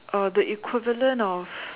uh the equivalent of